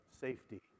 Safety